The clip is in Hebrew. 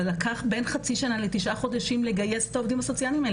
אבל לקח בין חצי שנה לתשעה חודשים לגייס את העובדים הסוציאליים האלה,